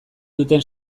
duten